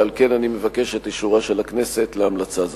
ועל כן אני מבקש את אישורה של הכנסת להמלצה זו.